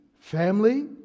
family